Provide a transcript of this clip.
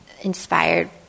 inspired